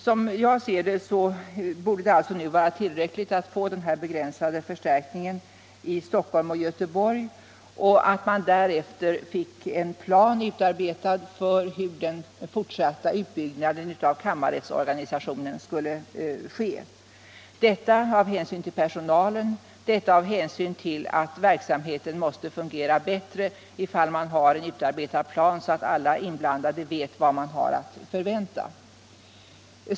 Som jag ser det borde det alltså nu vara tillräckligt att få den begränsade förstärkningen i Stockholm och Göteborg. Därefter bör en plan utarbetas för hur den fortsatta utbyggnaden av kammarrättsorganisationen skall ske — detta av hänsyn till personalen och till att verksamheten måste fungera bättre om man har en utarbetad plan så att alla berörda vet vad de har att vänta.